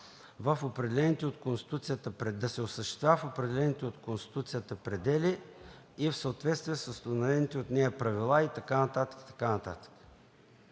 да се осъществява в определените от Конституцията предели и в съответствия с установените от нея правила и така нататък.